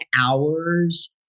hours